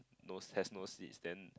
no has no seats then